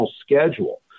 schedule